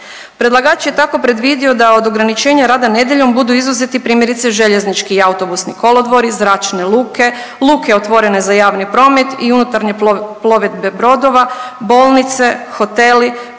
Predlagač je tako predvidio da od ograničenja rada nedjeljom budu izuzeti primjerice željeznički i autobusni kolodvori, zračne luke, luke otvorene za javni promet i unutarnje plovidbe brodova, bolnice, hoteli,